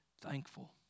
thankful